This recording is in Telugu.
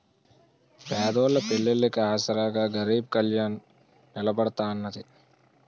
పేదోళ్ళ పెళ్లిళ్లికి ఆసరాగా గరీబ్ కళ్యాణ్ నిలబడతాన్నది